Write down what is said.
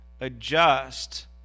adjust